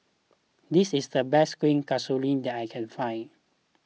this is the best Kueh Kasturi that I can find